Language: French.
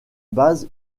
base